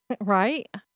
Right